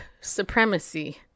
supremacy